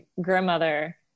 grandmother